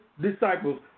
disciples